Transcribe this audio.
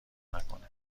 نکنه